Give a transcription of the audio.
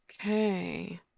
Okay